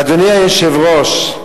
אדוני היושב-ראש,